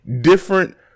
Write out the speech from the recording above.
different